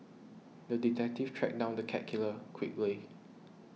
the detective tracked down the cat killer quickly